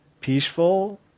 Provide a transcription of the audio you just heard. peaceful